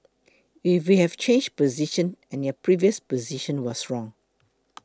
if we have changed position and your previous position was wrong